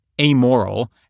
amoral